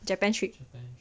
japan trip